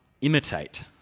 imitate